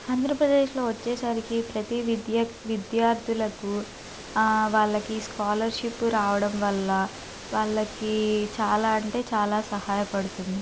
ఆంధ్రప్రదేశ్లో వచ్చేసరికి ప్రతీ విద్య విద్యార్థులకు వాళ్ళకి స్కాలర్షిప్ రావడం వల్ల వాళ్ళకి చాలా అంటే చాలా సహాయపడుతుంది